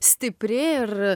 stipri ir